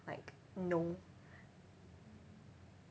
like no